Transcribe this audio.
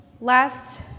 last